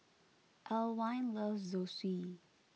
Alwine loves Zosui